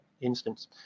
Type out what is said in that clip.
instance